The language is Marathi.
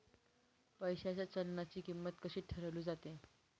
पैशाच्या चलनाची किंमत कशी ठरवली जाते